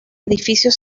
edificios